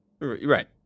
Right